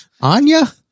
Anya